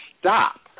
stop